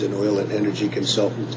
an oil and energy consultant,